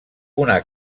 una